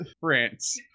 france